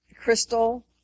crystal